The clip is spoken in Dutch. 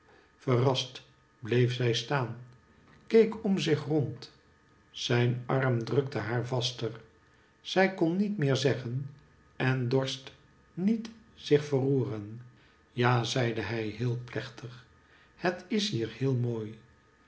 verrast bleef zij stian keek om zich rond zijn arm drukte haar vaster zij kon niet meer zeggen en dorst niet zich verroeren ja zeide hij heel zacht het is hier heel mooi